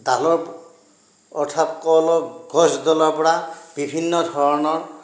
ডালৰ অৰ্থাৎ কলৰ গছডালৰ পৰা বিভিন্ন ধৰণৰ